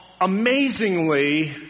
amazingly